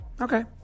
Okay